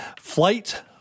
flight